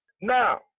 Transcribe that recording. Now